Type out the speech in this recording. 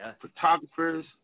photographers